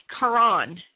Quran